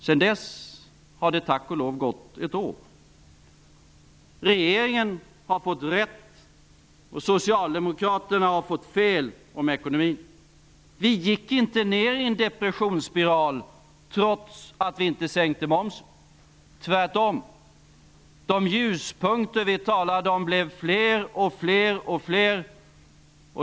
Sedan dess har det tack och lov gått ett år. Regeringen har fått rätt och Vi gick inte ner i en depressionsspiral, trots att vi inte sänkte momsen -- tvärtom! De ljuspunkter som vi talade om blev fler och fler och fler.